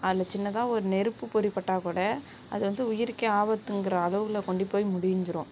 அதில் சின்னதாக ஒரு நெருப்பு பொறி பட்டால் கூட அது வந்து உயிருக்கே ஆபத்துங்கிற அளவில் கொண்டு போய் முடிஞ்சிடும்